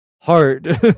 hard